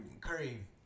Curry